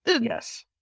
Yes